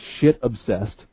shit-obsessed